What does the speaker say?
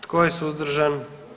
Tko je suzdržan?